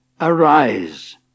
arise